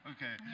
Okay